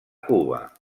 cuba